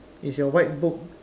is your white book